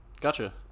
Gotcha